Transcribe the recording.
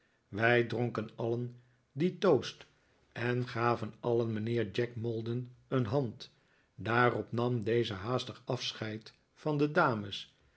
wij dronken alien dien toast en gaven alien mijnheer jack maldon een handdaarop nam deze haastig afscheid van de dames